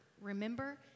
remember